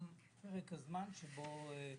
שזה